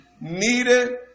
Needed